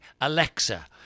Alexa